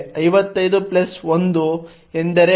551 ಎಂದರೆ 56